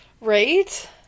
right